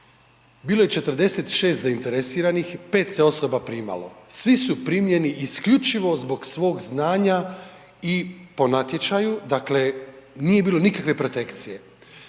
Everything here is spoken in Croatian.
bilo je 46 zainteresiranih, 5 se osoba primalo, svi su primljeni isključivo zbog svog znanja i po natječaju, dakle, nije bilo nikakve protekcije,